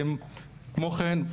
כמו כן,